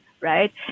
right